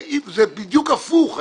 זה בדיוק הפוך.